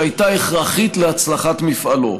שהייתה הכרחית להצלחת מפעלו,